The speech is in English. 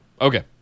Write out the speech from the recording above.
Okay